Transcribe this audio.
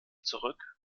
zurück